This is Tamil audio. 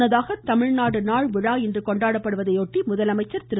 முன்னதாக தமிழ்நாடு நாள் விழா இன்று கொண்டாடப்படுவதையொட்டி முதலமைச்சர் திரு